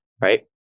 right